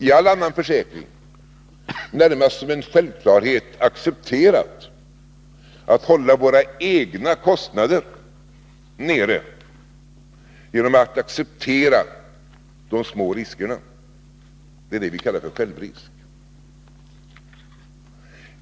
I all annan försäkring har vi närmast som en självklarhet accepterat att hålla våra egna kostnader nere genom att själva stå för de små riskerna — det är detta vi kallar för självrisk.